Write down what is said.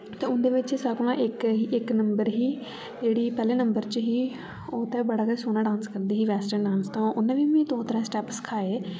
ते उंदे बिच सारे कोला इक इक नम्बर ही जेह्ड़ी ही जेह्ड़ी पैह्ले नम्बर च ही ओह् ते बड़ा गे सोह्ना डांस करदी ही वेस्टर्न वेस्टर्न डांस हा उनै बी मिगी दो त्रै स्टैप सखाए